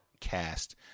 cast